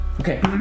Okay